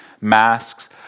masks